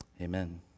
Amen